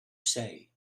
say